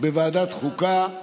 בוועדת חוקה,